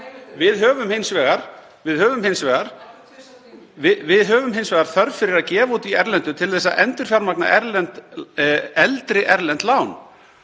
Við höfum hins vegar þörf fyrir að gefa út í erlendu til að endurfjármagna eldri erlend lán.